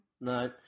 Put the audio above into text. no